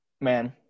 Man